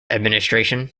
administration